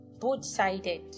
both-sided